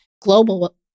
global